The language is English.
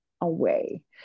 away